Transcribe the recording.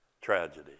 tragedy